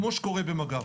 כמו שקורה במג"ב.